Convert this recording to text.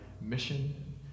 mission